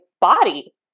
body